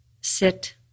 sit